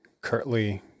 curtly